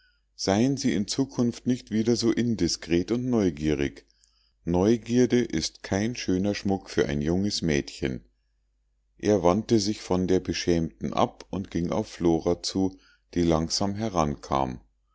seien sie in zukunft nicht wieder so indiskret und neugierig neugierde ist kein schöner schmuck für ein junges mädchen er wandte sich von der beschämten ab und ging auf flora zu die langsam heran